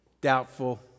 Doubtful